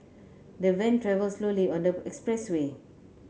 the van travelled slowly on the expressway